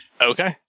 Okay